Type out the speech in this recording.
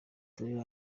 turi